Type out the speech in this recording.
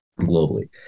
globally